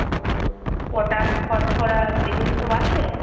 ও potash phosphorus এগুলো সব আছে